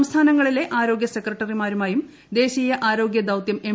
സംസ്ഥാനങ്ങളിലെ ആരോഗൃസെക്രട്ടറിമാരുമായും ദേശീയ ആരോഗൃ ദൌതൃം എം